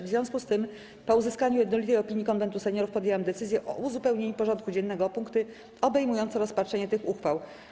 W związku z tym, po uzyskaniu jednolitej opinii Konwentu Seniorów, podjęłam decyzję o uzupełnieniu porządku dziennego o punkty obejmujące rozpatrzenie tych uchwał.